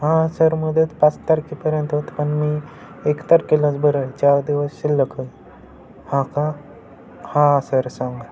हां सर मुदत पाच तारखेपर्यंत होत पण मी एक तारखेलाच बरं चार दिवस शिल्लक हां का हां सर सांगा